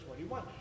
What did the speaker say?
21